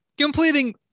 completing